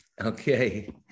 okay